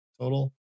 total